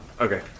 Okay